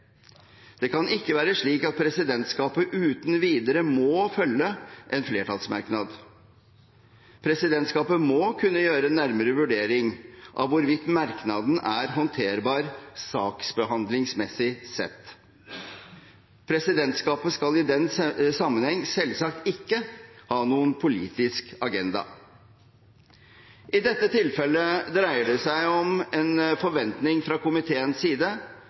Det kan ikke være slik at presidentskapet uten videre må følge en flertallsmerknad. Presidentskapet må kunne gjøre en nærmere vurdering av hvorvidt merknaden er håndterbar saksbehandlingsmessig sett. Presidentskapet skal i den sammenheng selvsagt ikke ha noen politisk agenda. I dette tilfellet dreier det seg om en forventning fra komiteens side